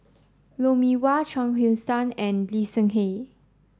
Lou Mee Wah Chuang Hui Tsuan and Lee Seng Tee